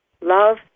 Love